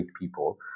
people